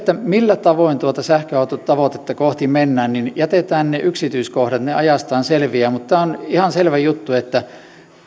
millä tavoin tuota sähköautotavoitetta kohti mennään jätetään nyt ne yksityiskohdat ne ajallaan selviävät mutta tämä on ihan selvä juttu että